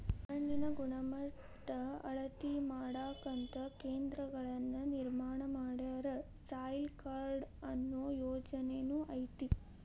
ಮಣ್ಣಿನ ಗಣಮಟ್ಟಾ ಅಳತಿ ಮಾಡಾಕಂತ ಕೇಂದ್ರಗಳನ್ನ ನಿರ್ಮಾಣ ಮಾಡ್ಯಾರ, ಸಾಯಿಲ್ ಕಾರ್ಡ ಅನ್ನು ಯೊಜನೆನು ಐತಿ